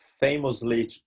famously